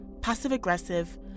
passive-aggressive